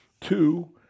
Two